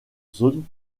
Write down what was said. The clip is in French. zone